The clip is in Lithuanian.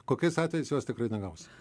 kokiais atvejais jos tikrai negaus